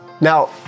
Now